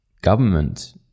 government